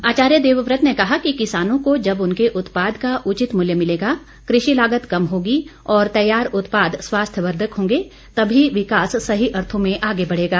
आचार्य देवव्रत ने कहा कि किसानों को जब उनके उत्पाद का उचित मूल्य मिलेगा कृषि लागत कम होगी और तैयार उत्पाद स्वास्थ्यवर्द्वक होंगे तभी विकास सही अर्थों में आगे बढ़ेगा